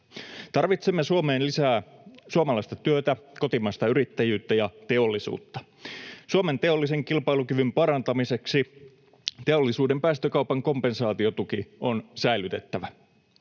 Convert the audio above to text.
Tarvitsemme Suomeen lisää suomalaista työtä, kotimaista yrittäjyyttä ja teollisuutta. Suomen teollisen kilpailukyvyn parantamiseksi teollisuuden päästökaupan kompensaatiotuki on säilytettävä.